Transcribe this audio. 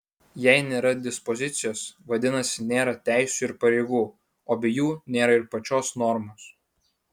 jei nėra dispozicijos vadinasi nėra teisių ir pareigų o be jų nėra ir pačios normos